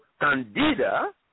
candida